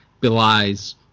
belies